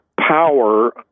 power